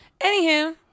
Anywho